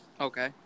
Okay